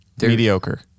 mediocre